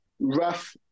rough